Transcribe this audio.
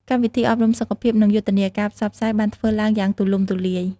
កម្មវិធីអប់រំសុខភាព និងយុទ្ធនាការផ្សព្វផ្សាយបានធ្វើឡើងយ៉ាងទូលំទូលាយ។